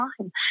time